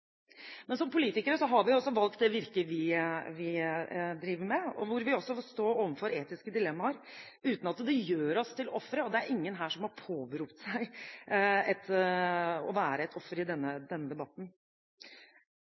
Som politikere har vi også valgt det virket vi driver med, hvor vi også står overfor etiske dilemmaer uten at det gjør oss til ofre, og det er ingen her som har påberopt seg å være et offer i denne debatten.